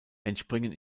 entspringen